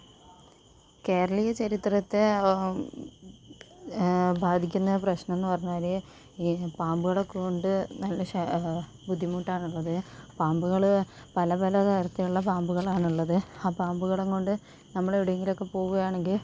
കേരളീയ ചരിത്രത്തെ ബാധിക്കുന്ന പ്രശ്നം എന്ന് പറഞ്ഞാല് ഈ പാമ്പുകൾ കൊണ്ട് നല്ല ബുദ്ധിമുട്ടാണ് ഉള്ളത് പാമ്പുകള് പല പല തരത്തിലുള്ള പാമ്പുകളാണുള്ളത് ആ പാമ്പുകളേയും കൊണ്ട് നമ്മളെവിടെയെങ്കിലും ഒക്കെ പോവുകയാണെങ്കിൽ